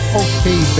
okay